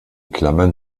klammern